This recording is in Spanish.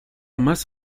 más